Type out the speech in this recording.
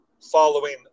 following